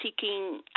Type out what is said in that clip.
seeking